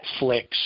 Netflix